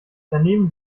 daneben